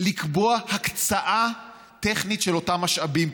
לקבוע הקצאה טכנית של אותם משאבים.